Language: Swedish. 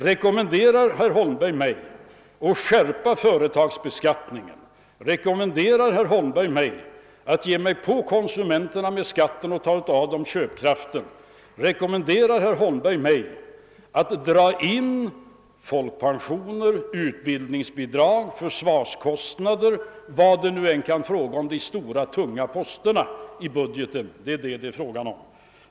Rekommenderar herr Holmberg mig att skärpa företagsbeskattningen, att ge mig på konsumenterna skattevägen och ta ifrån dem köpkraften, att dra in folkpensioner, utbildningsbidrag, anslag till försvaret och andra stora, tunga poster i budgeten? Det är detta det är fråga om.